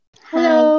Hello